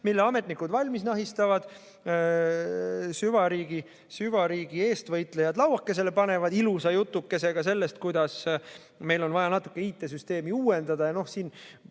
mille ametnikud valmis nahistavad ja süvariigi eestvõitlejad lauakesele panevad ilusa jutukesega sellest, kuidas meil on vaja natuke IT‑süsteemi uuendada: "Ja noh, kuna